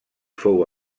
fou